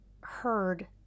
heard